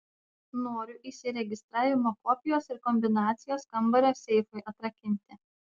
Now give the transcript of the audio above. noriu įsiregistravimo kopijos ir kombinacijos kambario seifui atrakinti